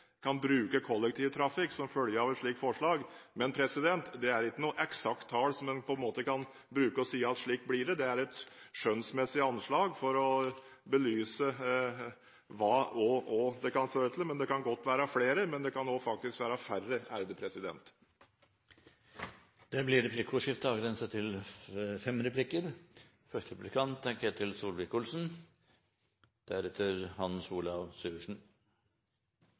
et slikt forslag. Men dette er ikke noe eksakt tall som en kan bruke og si at slik blir det, det er et skjønnsmessig anslag for å belyse hva det kan føre til. Det kan godt bli flere, men det kan også bli færre. Det blir replikkordskifte.